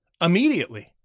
immediately